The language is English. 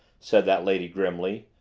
said that lady grimly.